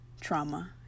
trauma